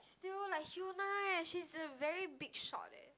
still like hyuna eh she's a very big shot eh